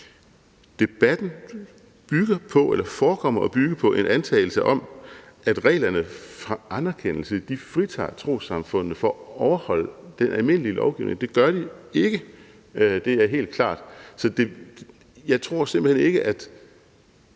Debatten forekommer at bygge på en antagelse om, at reglerne for anerkendelse fritager trossamfundene for at overholde den almindelige lovgivning. Det gør de ikke; det er helt klart. Så jeg tror simpelt hen ikke, at